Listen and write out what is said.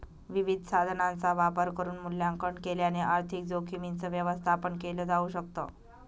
विविध साधनांचा वापर करून मूल्यांकन केल्याने आर्थिक जोखीमींच व्यवस्थापन केल जाऊ शकत